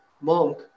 monk